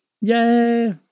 Yay